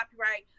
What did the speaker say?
copyright